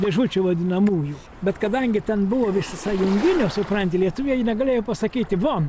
dėžučių vadinamųjų bet kadangi ten buvo visasąjunginio supranti lietuviai negalėjo pasakyti von